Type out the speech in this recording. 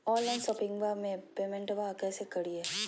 Online शोपिंगबा में पेमेंटबा कैसे करिए?